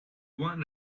one